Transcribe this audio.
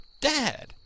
Dad